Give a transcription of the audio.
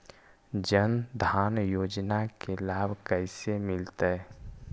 जन धान योजना के लाभ कैसे मिलतै?